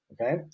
Okay